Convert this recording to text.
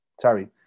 Sorry